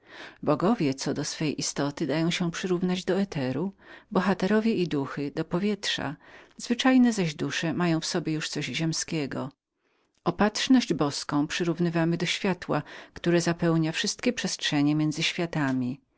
bogowie co do ich istoty mogą dać się przyrównać do eteru bohaterowie i duchy do powietrza zwyczajne zaś dusze mają już w sobie coś ziemskiego opatrzność boską przyrównywamy do światła które zapełnia wszystkie przestrzenie między światami